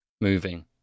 moving